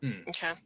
okay